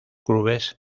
clubes